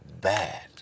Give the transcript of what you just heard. bad